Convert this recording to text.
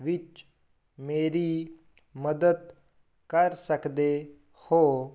ਵਿੱਚ ਮੇਰੀ ਮਦਦ ਕਰ ਸਕਦੇ ਹੋ